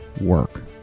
work